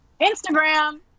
Instagram